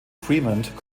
fremont